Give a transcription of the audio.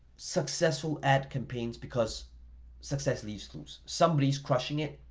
successful ad campaigns because success leaves clues. somebody is crushing it,